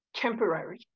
temporary